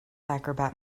acrobat